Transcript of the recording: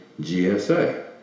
GSA